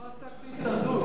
הוא לא עסק בהישרדות.